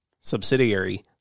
subsidiary